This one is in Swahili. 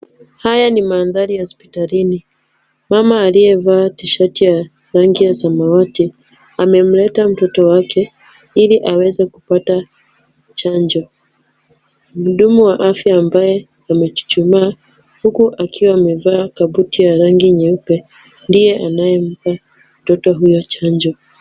Haya ni mandhari ya hospitalini. Mama aliyevaa tishati ya rangi ya samawati, amemleta mtoto wake ili aweze kupata chanjo. Mhudumu wa afya ambaye amechuchumaa huku akiwa amevaa kabuti ya rangi nyeupe ndiye anayempa mtoto huyo chanjo.